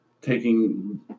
taking